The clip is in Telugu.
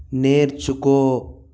నేర్చుకో